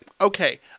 okay